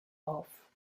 off